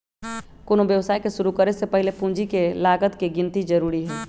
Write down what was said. कोनो व्यवसाय के शुरु करे से पहीले पूंजी के लागत के गिन्ती जरूरी हइ